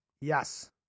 Yes